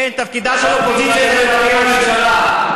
תפקידה של האופוזיציה לבקר את הממשלה.